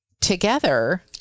together